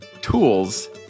tools